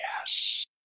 Yes